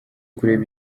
kureba